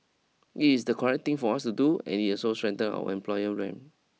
it is the correct thing for us to do and it also strengthens our employer ray